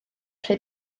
rhy